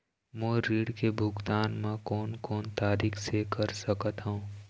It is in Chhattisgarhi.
मोर ऋण के भुगतान म कोन कोन तरीका से कर सकत हव?